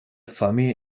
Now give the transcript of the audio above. familie